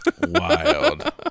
wild